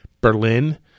Berlin